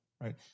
right